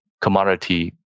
commodity